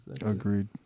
Agreed